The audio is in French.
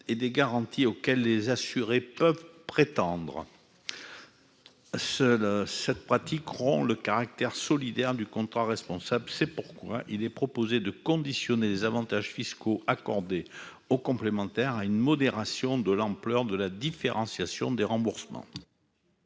et garanties auxquels les assurés peuvent prétendre. Enfin, elle rompt le caractère solidaire du contrat responsable. C'est pourquoi il est proposé de subordonner les avantages fiscaux accordés aux complémentaires santé à une modération de l'ampleur de la différenciation des remboursements.